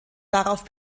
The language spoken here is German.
darauf